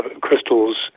Crystal's